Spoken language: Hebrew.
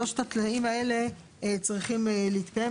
שלושת התנאים האלה צריכים להתקיים,